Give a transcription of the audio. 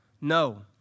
No